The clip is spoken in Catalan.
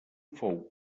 fou